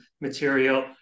material